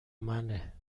منه